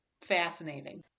fascinating